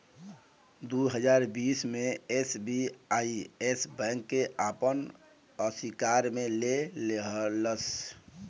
दू हज़ार बीस मे एस.बी.आई येस बैंक के आपन अशिकार मे ले लेहलस